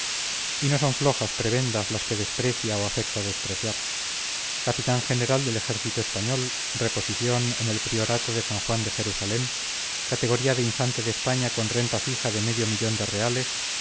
y no son flojas prebendas las que desprecia o afecta despreciar capitán general del ejército español reposición en el priorato de san juan de jerusalén categoría de infante de españa con renta fija de medio millón de reales